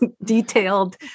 detailed